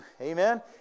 Amen